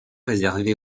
réservé